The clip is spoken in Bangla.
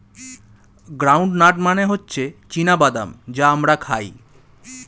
গ্রাউন্ড নাট মানে হচ্ছে চীনা বাদাম যা আমরা খাই